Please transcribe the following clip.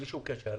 זה בלי שום קשר,